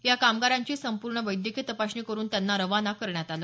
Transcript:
या कमगारांची संपूर्ण वैद्यकीय तपासणी करुन त्यांना रवाना करण्यात आलं